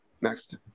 next